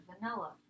vanilla